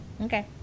Okay